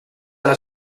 alla